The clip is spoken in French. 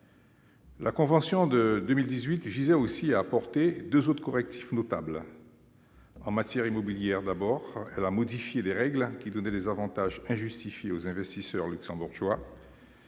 La convention de 2018 visait à apporter deux autres correctifs notables. En matière immobilière, d'abord, elle a modifié certaines règles qui accordaient des avantages injustifiés aux investisseurs luxembourgeois.